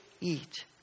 Eat